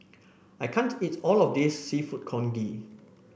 I can't eat all of this seafood Congee